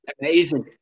amazing